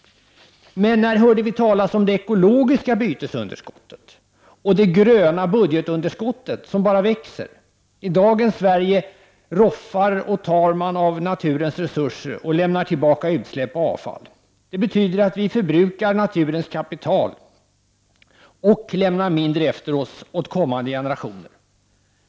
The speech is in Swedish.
Men när hörde vi talas om det ekologiska bytesunderskottet och det gröna budgetunderskottet som bara växer? I dagens Sverige roffar och tar man av naturens resurser och lämnar tillbaka utsläpp och avfall. Det betyder att vi förbrukar naturens kapital och lämnar mindre efter oss åt kommande generationer.